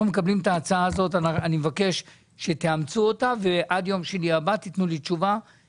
תודה רבה, הישיבה נעולה.